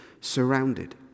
surrounded